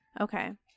Okay